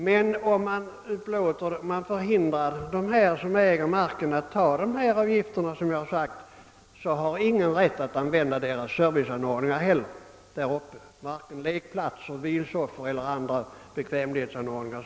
Men om man förbjuder markägaren att ta upp den avgift jag talat om, så har heller ingen rätt att använda de serviceanordningar som finns i området, t.ex. lekplatser, vilsoffor och andra bekvämlighetsanordningar.